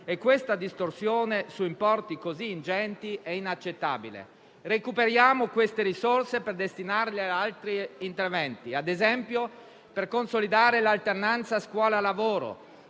e questa distorsione su importi così ingenti è inaccettabile. Recuperiamo queste risorse per destinarle ad altri interventi, ad esempio per consolidare l'alternanza scuola-lavoro